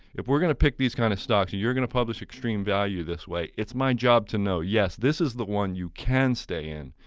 if we're going to pick these kind of stocks and you're gonna publish extreme value this way, it's my job to know, yes, this is the one you can stay in,